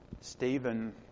Stephen